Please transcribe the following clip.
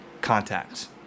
contacts